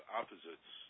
opposites